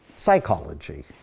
psychology